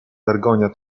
vergogna